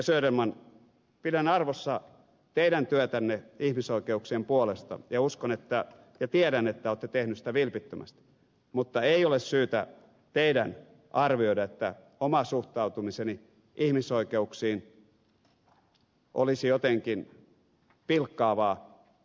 söderman pidän arvossa teidän työtänne ihmisoikeuksien puolesta ja uskon ja tiedän että olette tehnyt sitä vilpittömästi mutta teidän ei ole syytä arvioida että oma suhtautumiseni ihmisoikeuksiin olisi jotenkin pilkkaavaa